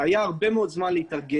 היה הרבה מאוד זמן להתארגן.